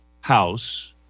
House